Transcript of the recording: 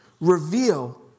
reveal